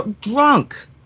drunk